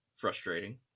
frustrating